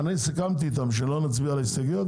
אני סיכמתי איתם שלא נצביע על ההסתייגויות,